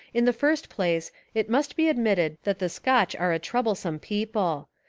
in the first place it must be admitted that the scotch are a troublesome people.